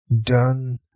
done